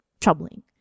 troubling